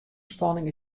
spanning